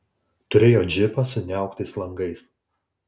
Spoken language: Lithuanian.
turėjo džipą su niauktais langais